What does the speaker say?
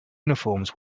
uniforms